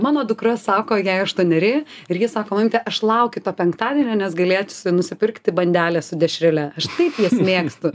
mano dukra sako jai aštuoneri ir ji sako mamyte aš laukiu to penktadienio nes gailėtųsi nusipirkti bandelę su dešrele aš taip jas mėgstu